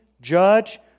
judge